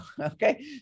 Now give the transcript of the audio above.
okay